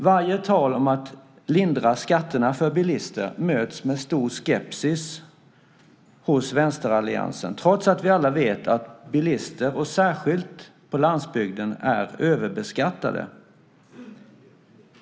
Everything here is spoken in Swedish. Varje tal om att lindra skatterna för bilister möts med stor skepsis hos vänsteralliansen trots att vi alla vet att bilister, särskilt på landsbygden, är överbeskattade.